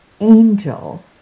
angel